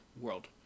world